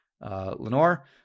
Lenore